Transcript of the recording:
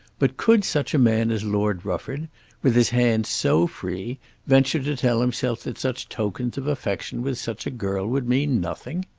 but could such a man as lord rufford with his hands so free venture to tell himself that such tokens of affection with such a girl would mean nothing?